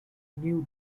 new